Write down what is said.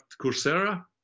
Coursera